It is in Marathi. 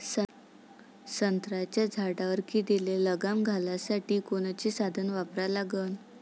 संत्र्याच्या झाडावर किडीले लगाम घालासाठी कोनचे साधनं वापरा लागन?